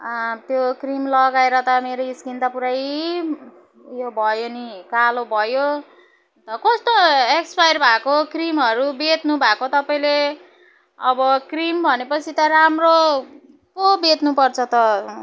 त्यो क्रिम लगाएर त मेरो स्किन त पुरै यो भयो नि कालो भयो त कस्तो एक्सपायर भएको क्रिमहरू बेच्नुभएको तपाईँले अब क्रिम भनेपछि त राम्रो पो बेच्नुपर्छ त